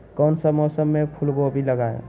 कौन सा मौसम में फूलगोभी लगाए?